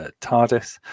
TARDIS